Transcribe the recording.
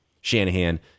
Shanahan